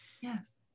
Yes